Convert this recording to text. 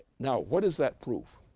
now, what is that proof,